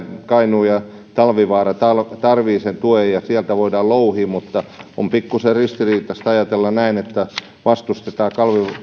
kainuu ja talvivaara tarvitsevat tuen niin että sieltä voidaan louhia mutta on pikkuisen ristiriitaista ajatella näin että vastustetaan